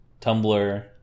Tumblr